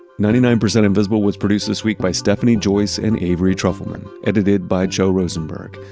ninety nine percent invisible was produced this week by stephanie joyce and avery trufelman, edited by joe rosenberg.